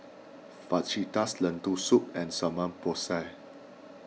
Fajitas Lentil Soup and Samgeyopsal